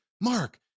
Mark